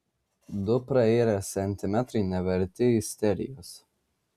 du prairę centimetrai neverti isterijos